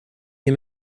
des